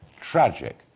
tragic